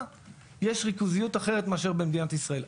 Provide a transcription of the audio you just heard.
יש ריכוזיות אחרת מאשר במדינת ישראל.